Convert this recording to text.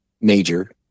major